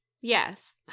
Yes